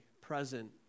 present